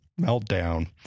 meltdown